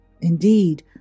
Indeed